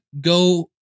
go